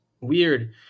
weird